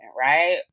right